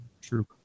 true